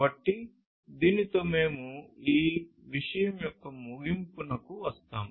కాబట్టి దీనితో మేము ఈ విషయం యొక్క ముగింపుకు వస్తాము